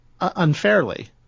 unfairly